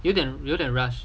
有点有点 rush